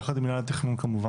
יחד עם מינהל התכנון כמובן,